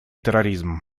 терроризм